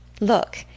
Look